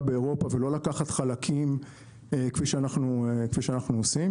באירופה ולא לקחת חלקים כפי שאנחנו עושים.